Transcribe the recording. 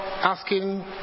asking